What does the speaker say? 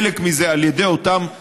חלק מזה על ידי אותם שלטים,